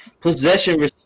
possession